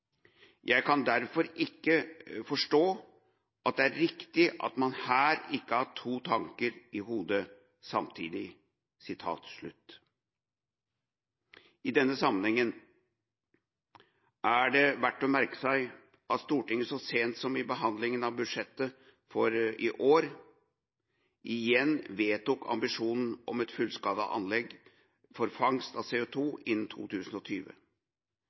Jeg kan derfor ikke forstå at det er riktig at man her ikke har hatt to tanker i hodet samtidig.» I denne sammenhengen er det verdt å merke seg at Stortinget så sent som i behandlinga av budsjettet for i år igjen vedtok ambisjonen om et fullskala anlegg for fangst av CO2 innen 2020.